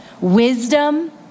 wisdom